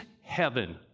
heaven